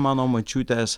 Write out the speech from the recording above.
mano močiutės